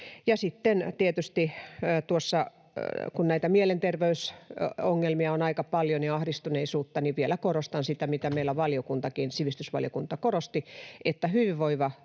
sitten tietysti, kun näitä mielenterveysongelmia on aika paljon ja ahdistuneisuutta, niin vielä korostan sitä, mitä meillä sivistysvaliokuntakin korosti, että hyvinvoiva